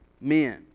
men